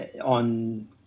on